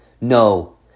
No